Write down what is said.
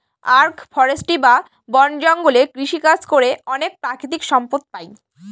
আগ্র ফরেষ্ট্রী বা বন জঙ্গলে কৃষিকাজ করে অনেক প্রাকৃতিক সম্পদ পাই